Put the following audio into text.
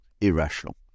irrational